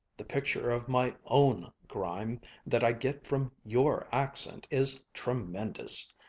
the picture of my own grime that i get from your accent is tremendous!